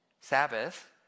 Sabbath